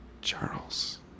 Charles